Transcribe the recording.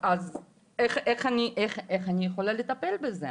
איך אני יכולה לטפל בזה?